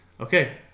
Okay